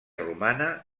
romana